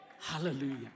Hallelujah